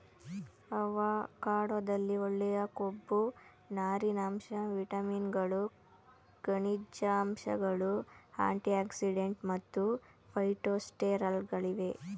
ಅವಕಾಡೊದಲ್ಲಿ ಒಳ್ಳೆಯ ಕೊಬ್ಬು ನಾರಿನಾಂಶ ವಿಟಮಿನ್ಗಳು ಖನಿಜಾಂಶಗಳು ಆಂಟಿಆಕ್ಸಿಡೆಂಟ್ ಮತ್ತು ಫೈಟೊಸ್ಟೆರಾಲ್ಗಳಿವೆ